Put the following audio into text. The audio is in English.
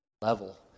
level